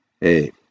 hey